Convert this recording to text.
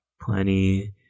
plenty